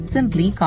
Simply